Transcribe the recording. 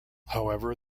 however